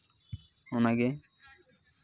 ᱚᱱᱟᱜᱮ